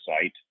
site